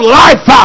life